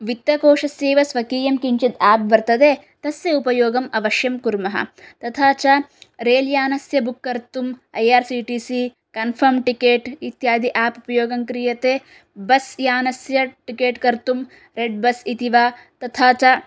वित्तकोशस्यैव स्वकीयं किञ्चित् एप् वर्तते तस्य उपयोगम् अवश्यं कुर्मः तथा च रेल्यानस्य बुक् कर्तुम् I R C T C confirm ticket इत्यादि एप् उपयोगः क्रियते बस्यानस्य टिकेट् कर्तुं रेडबस् इति वा तथा च